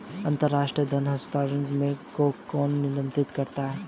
अंतर्राष्ट्रीय धन हस्तांतरण को कौन नियंत्रित करता है?